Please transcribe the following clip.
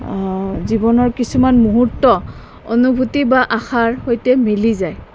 জীৱনৰ কিছুমান মুহূৰ্ত অনুভূতি বা আশাৰ সৈতে মিলি যায়